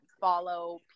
follow